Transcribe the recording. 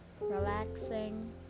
relaxing